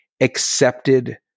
accepted